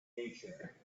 nature